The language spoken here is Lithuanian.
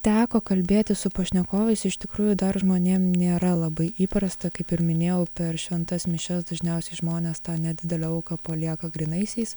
teko kalbėtis su pašnekovais iš tikrųjų dar žmonėm nėra labai įprasta kaip ir minėjau per šventas mišias dažniausiai žmonės tą nedidelę auką palieka grynaisiais